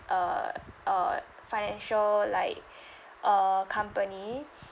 uh uh financial like uh company